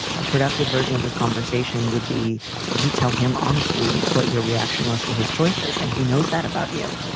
a productive version of this conversation would be you tell him honestly what your reaction was to his choices and he knows that about you.